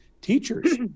teachers